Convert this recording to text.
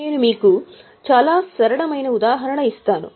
నేను మీకు చాలా సరళమైన ఉదాహరణ ఇస్తాను